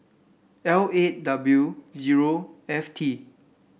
L eight W zero F T